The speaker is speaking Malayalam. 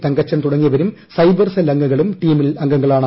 തങ്കച്ചൻ തുടങ്ങിയവരും സ്പൈബ്ർഹസെൽ അംഗങ്ങളും ടീമിൽ അംഗങ്ങളാണ്